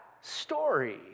story